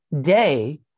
day